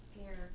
scared